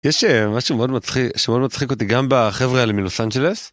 יש משהו מאוד מצחיק שמאוד מצחיק אותי גם בחבר'ה האלה מלוס אנג'לס.